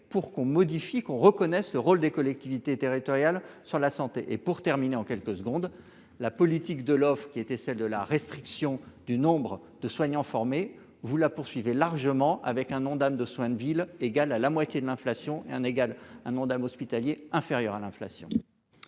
pour qu'on modifie qu'on reconnaisse le rôle des collectivités territoriales sur la santé et pour terminer en quelques secondes la politique de l'offre qui était celle de la restriction du nombre de soignants formés vous la poursuivez largement avec un Ondam de soins de ville égal à la moitié de l'inflation et un égal un Ondam hospitalier inférieure à l'inflation.